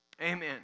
Amen